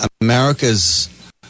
America's